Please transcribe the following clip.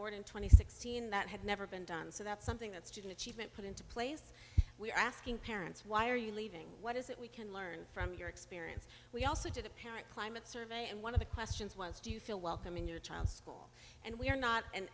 board in twenty sixteen that had never been done so that's something that student achievement put into place we're asking parents why are you leaving what is it we can learn from your experience we also did a parent climate survey and one of the questions was do you feel welcome in your child's school and we're not an